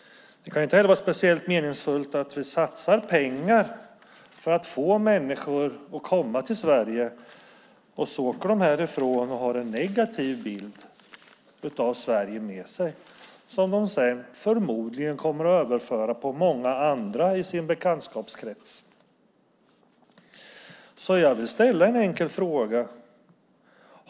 Det kan inte heller vara särskilt meningsfullt att vi satsar pengar på att få människor att komma till Sverige om de åker härifrån med en negativ bild av Sverige som de sedan förmodligen överför på många andra i sin bekantskapskrets. Jag vill ställa ett par enkla frågor.